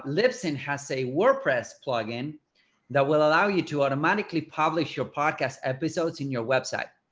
lipson has a wordpress plugin that will allow you to automatically publish your podcast episodes in your website.